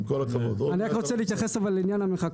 אני רק רוצה להתייחס לעניין המרחק,